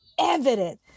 evident